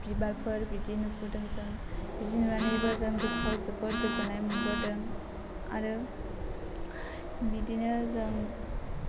बिबारफोर बिदि नुबोदों जों बिदिनो माने गोसोआव जोबोद गोजोननाय मोनबोदों आरो बिदिनो जों